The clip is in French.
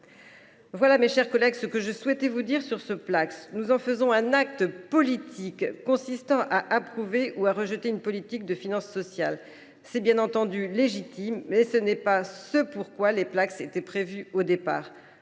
Voilà, mes chers collègues, ce que je souhaitais vous dire sur ce Placss. Nous en faisons un acte politique, consistant à approuver ou à rejeter une politique de finances sociales. C’est bien entendu légitime, mais en réalité ce n’est pas ce pour quoi les Placss étaient initialement